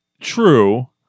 True